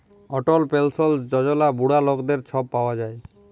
অটল পেলসল যজলা বুড়া লকদের ছব পাউয়া যায়